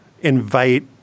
invite